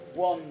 One